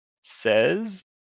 says